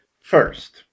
First